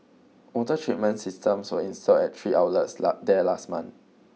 water treatment systems were installed at three outlets last there last month